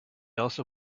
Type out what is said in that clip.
also